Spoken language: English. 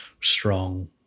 strong